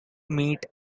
meat